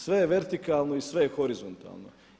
Sve je vertikalno i sve je horizontalno.